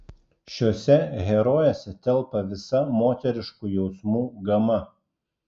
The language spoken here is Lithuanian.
šiose herojėse telpa visa moteriškų jausmų gama